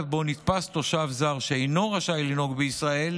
שבו נתפס תושב זר שאינו רשאי לנהוג בישראל